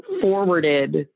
forwarded